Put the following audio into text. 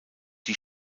die